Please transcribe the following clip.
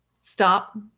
stop